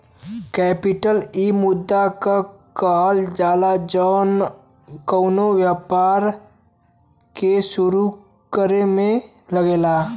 capital इ मुद्रा के कहल जाला जौन कउनो व्यापार के सुरू करे मे लगेला